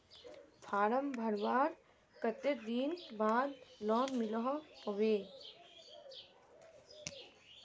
Form भरवार कते दिन बाद लोन मिलोहो होबे?